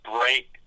break